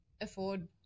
afford